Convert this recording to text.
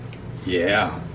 yeah.